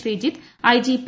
Sreejith IG P